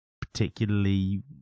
particularly